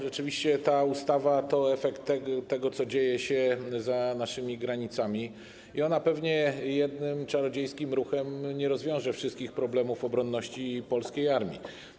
Rzeczywiście, ta ustawa to efekt tego, co dzieje się za naszymi granicami, i ona pewnie jednym czarodziejskim ruchem nie rozwiąże wszystkich problemów odnoszących się do obronności ani polskiej armii.